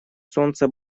солнца